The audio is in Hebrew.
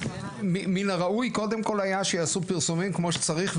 מין הראוי קודם כל היה שיעשו פרסומים כמו שצריך,